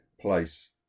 place